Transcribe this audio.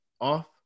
off